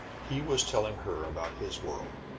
he was telling her about his world.